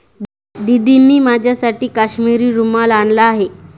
दीदींनी माझ्यासाठी काश्मिरी रुमाल आणला आहे